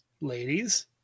ladies